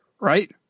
Right